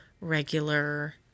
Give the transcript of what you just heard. regular